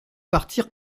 partir